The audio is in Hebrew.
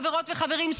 חברות וחברים,